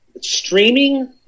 streaming